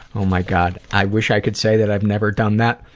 oh my god, i wish i could say that i'd never done that,